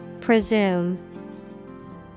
Presume